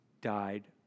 died